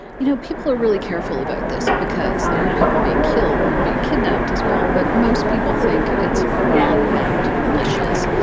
you know, people are really careful about this because there are people being killed and being kidnapped, as well. but most people think it's iran-backed militias.